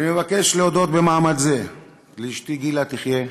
אני מבקש להודות במעמד זה לאשתי גילה, תחיה,